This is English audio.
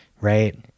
right